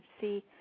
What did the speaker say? see